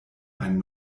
einen